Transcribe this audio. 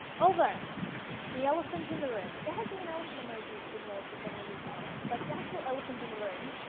although the elephant in the room. there has been an elephant emoji in there for several years, by the way. but the actual elephant in the room.